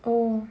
oh